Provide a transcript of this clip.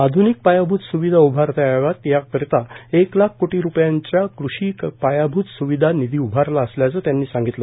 आध्निक पायाभूत स्विधा उभारता याव्यात याकरता एक लाख कोटी रुपयांचा कृषी पायाभूत स्विधा निधी उभारला असल्याचं त्यांनी सांगितलं